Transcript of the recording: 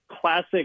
classic